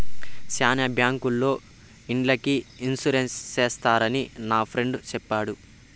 శ్యానా బ్యాంకుల్లో ఇండ్లకి ఇన్సూరెన్స్ చేస్తారని నా ఫ్రెండు చెప్పాడు